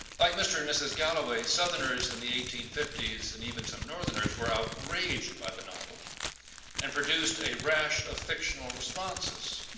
like mr. and mrs. galloway southerners in the eighteen fifty s and even some northerners were outraged by the novel and produced a rash of fictional responses.